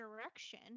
direction